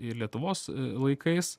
ir lietuvos laikais